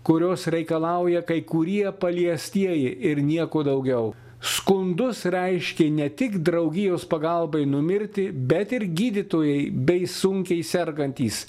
kurios reikalauja kai kurie paliestieji ir nieko daugiau skundus reiškė ne tik draugijos pagalbai numirti bet ir gydytojai bei sunkiai sergantys